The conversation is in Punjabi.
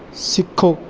ਸਿੱਖੋ